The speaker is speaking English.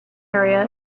area